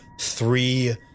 three